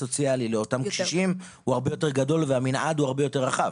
לאותם קשישים הוא הרבה יותר גדול והמנעד הוא הרבה יותר רחב,